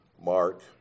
Mark